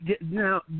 Now